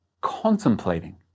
contemplating